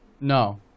No